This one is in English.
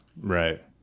Right